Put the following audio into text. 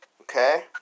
Okay